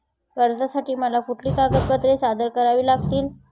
कर्जासाठी मला कुठली कागदपत्रे सादर करावी लागतील?